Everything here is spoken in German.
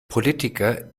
politiker